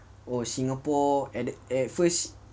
oh singapore at at first